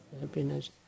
happiness